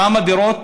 כמה דירות